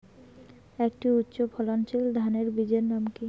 একটি উচ্চ ফলনশীল ধানের বীজের নাম কী?